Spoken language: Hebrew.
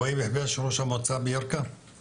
בהיג מנצור, ראש המועצה עוספיה, בבקשה.